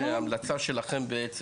נאמר שההמלצה שלכם בעצם,